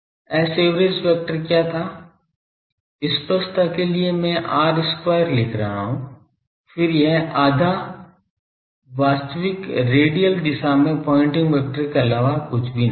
Saverage vector क्या था स्पष्टता के लिए मैं r square लिख रहा हूं फिर यह आधा वास्तविक रेडियल दिशा में पॉइंटिंग वेक्टर के अलावा कुछ भी नहीं था